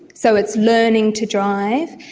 so it's learning to drive.